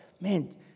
man